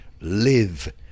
live